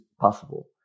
possible